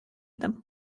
them